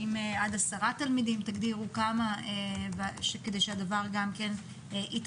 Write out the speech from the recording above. תגדירו את מספר התלמידים כדי שהדבר יתאפשר.